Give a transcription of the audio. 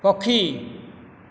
ପକ୍ଷୀ